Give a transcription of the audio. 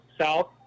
south